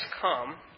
come